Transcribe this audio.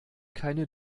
keine